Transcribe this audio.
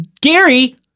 Gary